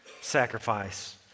sacrifice